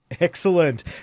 Excellent